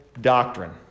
doctrine